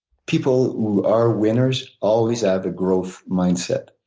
people who are winners always have a growth mindset.